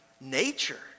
nature